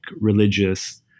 religious